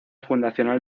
fundacional